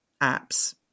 apps